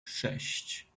sześć